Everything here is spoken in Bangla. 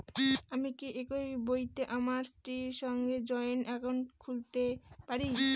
আমি কি একই বইতে আমার স্ত্রীর সঙ্গে জয়েন্ট একাউন্ট করতে পারি?